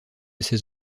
ces